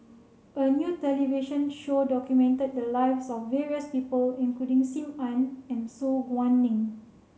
a new television show documented the lives of various people including Sim Ann and Su Guaning